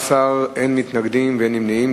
15, אין מתנגדים ואין נמנעים.